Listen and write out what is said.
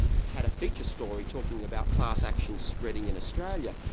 had a feature story talking about class actions spreading in australia,